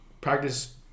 practice